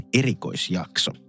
erikoisjakso